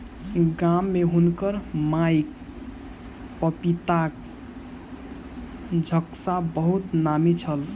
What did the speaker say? गाम में हुनकर माईक पपीताक झक्खा बहुत नामी छल